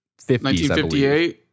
1958